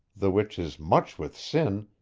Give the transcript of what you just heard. the which is much with sin,